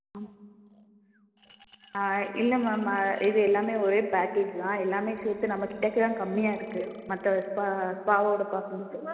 ஆ இல்லை மேம் இது எல்லாமே ஒரே பேக்கேஜ் தான் எல்லாமே சேர்த்து நம்மக்கிட்டக்க தான் கம்மியாக இருக்குது மற்ற ஸ்பா ஸ்பாவோடு பார்க்கும்போது